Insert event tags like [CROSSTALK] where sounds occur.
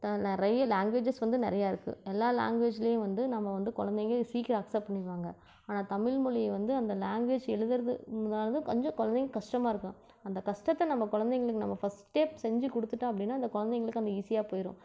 நிறைய லேங்வேஜஸ் வந்து நிறையா இருக்குது எல்லாம் லேங்வேஜுலேயும் வந்து நம்ம வந்து குழந்தைங்க சீக்கிரம் அக்சப்ட் பண்ணிருவாங்க ஆனால் தமிழ்மொழியை வந்து அந்த லேங்வேஜ் எழுதுகிறது [UNINTELLIGIBLE] கொஞ்சம் குழந்தைங்க கஷ்டமாக இருக்கும் அந்த கஷ்டத்தை நம்ம குழந்தைங்களுக்கு நம்ம ஃபஸ்ட்டு செஞ்சு கொடுத்துட்டோம் அப்படின்னா அந்த குழந்தைங்களுக்கு அங்கே ஈஸியாக போயிடும்